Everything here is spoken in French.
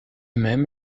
même